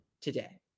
today